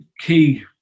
key